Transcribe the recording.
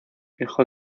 hijo